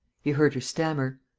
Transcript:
he heard her stammer